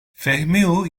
fehmiu